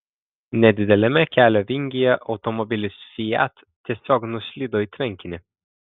nedideliame kelio vingyje automobilis fiat tiesiog nuslydo į tvenkinį